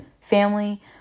family